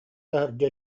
таһырдьа